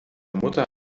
mutter